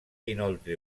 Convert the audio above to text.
inoltre